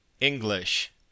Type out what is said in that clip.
english